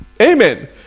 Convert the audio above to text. Amen